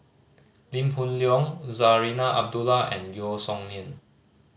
Lee Hoon Leong Zarinah Abdullah and Yeo Song Nian